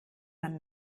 man